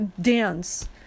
dance